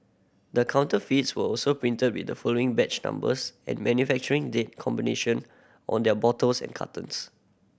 the counterfeits were also printed with the following batch numbers and manufacturing date combination on their bottles and cartons